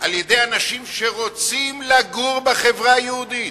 על-ידי אנשים שרוצים לגור בחברה יהודית.